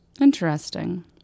Interesting